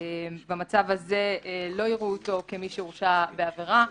במצב הזה לא יראו אותו כמי שהורשע בעבירה,